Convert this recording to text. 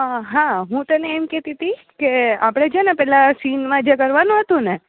હા હું તને એમ કહેતી હતી કે આપણે છે ને પેલા સીનમાં જે કરવાનું હતુંને